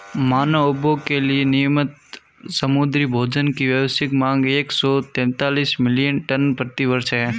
मानव उपभोग के लिए नियत समुद्री भोजन की वैश्विक मांग एक सौ तैंतालीस मिलियन टन प्रति वर्ष है